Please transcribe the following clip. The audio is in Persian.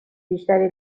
بیشتری